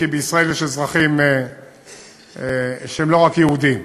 כי בישראל יש אזרחים שהם לא רק יהודים,